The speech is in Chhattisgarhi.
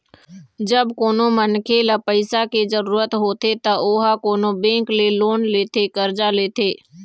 जब कोनो मनखे ल पइसा के जरुरत होथे त ओहा कोनो बेंक ले लोन लेथे करजा लेथे